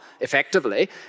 effectively